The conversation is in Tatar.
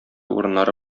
урыннары